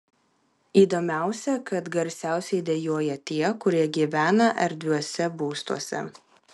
įdomiausia kad garsiausiai dejuoja tie kurie gyvena erdviuose būstuose